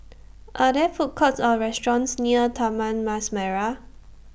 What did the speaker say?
Are There Food Courts Or restaurants near Taman Mas Merah